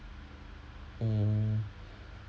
mm